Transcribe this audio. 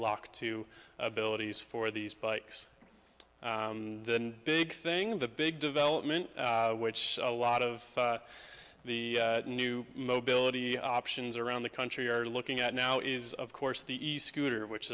lock to abilities for these bikes the big thing the big development which a lot of the new mobility options around the country are looking at now is of course the east scooter which